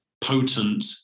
potent